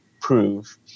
prove